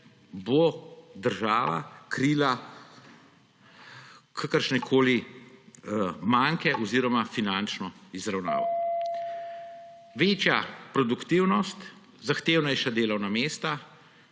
bo država krila kakršnekoli manke oziroma finančno izravnavo. Večja produktivno, zahtevnejša delovna mesta,